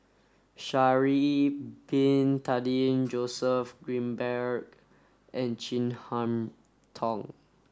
Sha'ari bin Tadin Joseph Grimberg and Chin Harn Tong